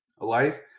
alive